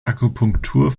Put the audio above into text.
akupunktur